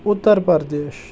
Uttar Pradesh